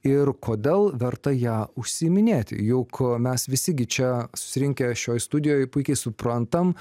ir kodėl verta ja užsiiminėti juk mes visi gi čia susirinkę šioj studijoj puikiai suprantam